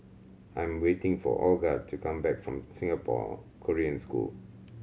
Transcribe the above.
I am waiting for Olga to come back from Singapore Korean School